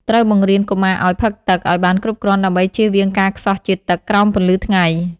ត្រូវបង្រៀនកុមារឱ្យ ផឹកទឹក ឱ្យបានគ្រប់គ្រាន់ដើម្បីជៀសវាងការខ្សោះជាតិទឹកក្រោមពន្លឺថ្ងៃ។